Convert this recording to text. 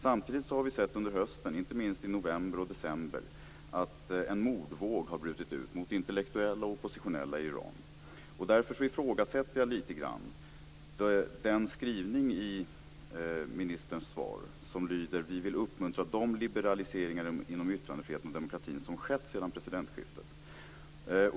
Samtidigt har vi under hösten, inte minst under november och december, sett att en mordvåg har brutit ut mot intellektuella och oppositionella i Iran. Därför ifrågasätter jag den skrivning i ministerns svar som lyder: Vi vill uppmuntra de liberaliseringar inom yttrandefriheten och demokratin som skett sedan presidentskiftet.